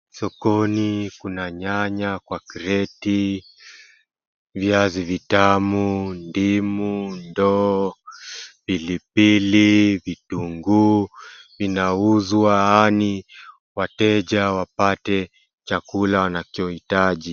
Sokoni kuna nyanya kwa crate , viazi vitamu, ndimu, ndoo, pilipili, vitunguu vinauzwa, yaani wateja wapate chakula wanachohitaji.